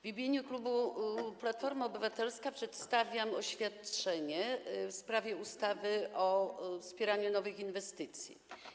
W imieniu klubu Platforma Obywatelska przedstawiam oświadczenie w sprawie ustawy o wspieraniu nowych inwestycji.